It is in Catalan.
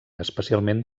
especialment